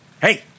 hey